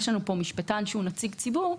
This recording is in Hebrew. יש משפטן שהוא נציג ציבור,